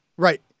Right